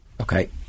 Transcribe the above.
Okay